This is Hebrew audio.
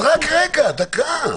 אז רק רגע, דקה.